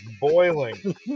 boiling